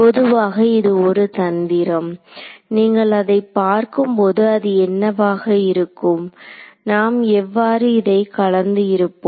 பொதுவாக இது ஒரு தந்திரம் நீங்கள் அதைப் பார்க்கும்போது அது என்னவாக இருக்கும் நாம் எவ்வாறு இதை கலந்து இருப்போம்